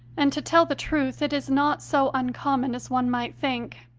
and, to tell the truth, it is not so un common as one might think.